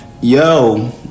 Yo